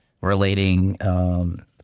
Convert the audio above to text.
relating –